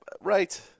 right